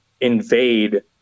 invade